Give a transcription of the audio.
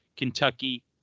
Kentucky